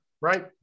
right